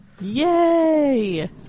Yay